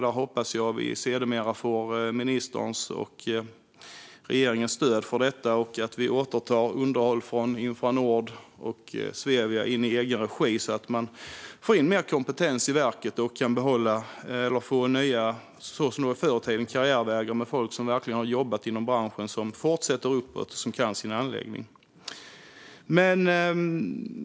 Jag hoppas att vi sedermera får ministerns och regeringens stöd för detta och att vi kan återta underhåll från Infranord och Svevia i egen regi så att verket kan få in mer kompetens och behålla eller, som det var förr i tiden, få nya karriärvägar för folk som har jobbat inom branschen och som kan sin anläggning.